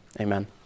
Amen